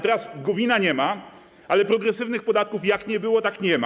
Teraz Gowina nie ma, ale progresywnych podatków jak nie było, tak nie ma.